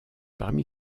parmi